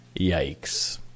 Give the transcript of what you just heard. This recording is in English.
Yikes